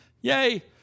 Yay